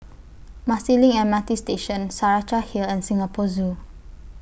Marsiling M R T Station Saraca Hill and Singapore Zoo